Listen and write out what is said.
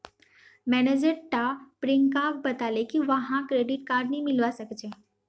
manager टा प्रियंकाक बताले की वहाक क्रेडिट कार्ड नी मिलवा सखछे